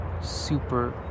super